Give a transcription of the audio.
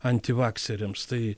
antivakseriams tai